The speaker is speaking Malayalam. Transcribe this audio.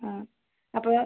ആ അപ്പോൾ